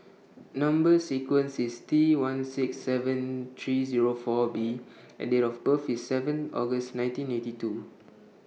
Number sequence IS T one six seven three Zero four B and Date of birth IS seven August nineteen eighty two